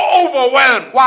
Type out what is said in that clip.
overwhelmed